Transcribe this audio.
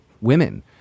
women